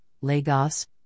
Lagos